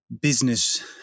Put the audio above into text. business